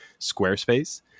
squarespace